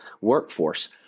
workforce